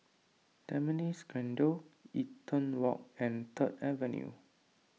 Tampines Grande Eaton Walk and Third Avenue